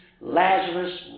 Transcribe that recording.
Lazarus